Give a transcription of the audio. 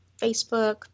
Facebook